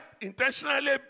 intentionally